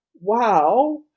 wow